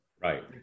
Right